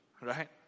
right